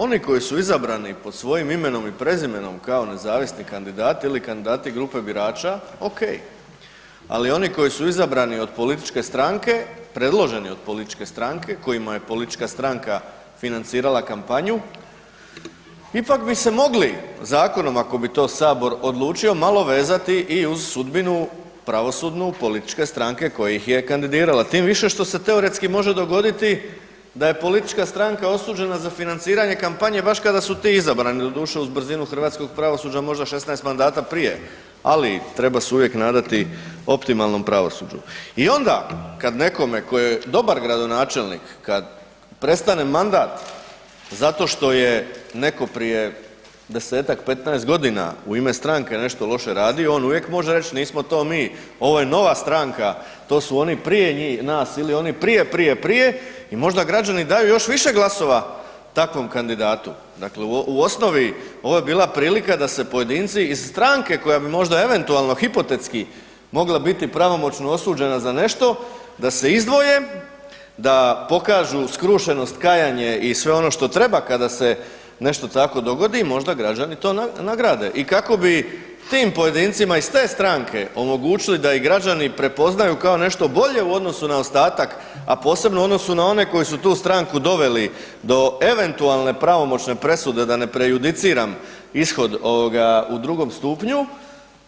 Oni koji su izabrani pod svojim imenom i prezimenom kao nezavisni kandidati ili kandidati grupe birača, ok, ali oni koji su izabrani od političke stranke, predloženi od političke stranke, kojima je politička stranka financirala kampanju, ipak bi se mogli zakonom ako bi to Sabor odlučio, malo vezati i uz sudbinu pravosudnu, političke stranke kojih je kandidirala, tim više što se teoretski može dogoditi da je politička stranka osuđena za financiranje kampanje baš kada su ti izabrani, doduše uz brzinu hrvatskog pravosuđa, možda 16 mandata prije, ali treba se uvijek nadati optimalnom pravosuđu. i onda kad nekome ko je dobar gradonačelnik, kad prestane mandat, zato što je neko prije 10-ak, 15 g. u ime stranke nešto loše radio, on uvijek može reć nismo to mi, ovo je nova stranka, to su oni prije nas ili oni prije, prije, prije i možda građani daju još više glasova takvom kandidatu, dakle u osnovi ovo je bila prilika da se pojedinci iz stranke koja bi možda eventualno, hipotetski mogla biti pravomoćno osuđena za nešto, da se izdvoje, da pokažu skrušenost, kajanje i sve ono što treba kada se nešto takvo dogodi, možda građani to nagrade i kako bi tim pojedincima iz te stranke omogućili da ih građani prepoznaju kao nešto bolje u odnosu na ostatak a posebno u odnosu na one koji su tu stranku doveli do eventualne pravomoćne presude da ne prejudiciram ishod u drugom stupnju,